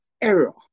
error